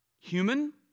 human